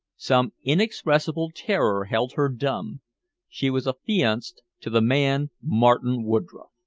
some inexpressible terror held her dumb she was affianced to the man martin woodroffe.